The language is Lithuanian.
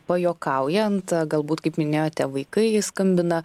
pajuokaujant galbūt kaip minėjote vaikai skambina